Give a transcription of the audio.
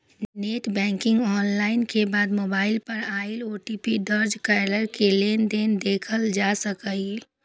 net banking log in के बाद mobile पर आयल ओ.टी.पी दर्ज कैरके लेनदेन देखल जा सकैए